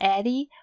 Eddie